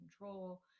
control